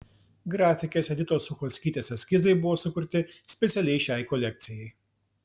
grafikės editos suchockytės eskizai buvo sukurti specialiai šiai kolekcijai